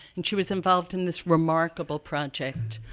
and she was involved in this remarkable project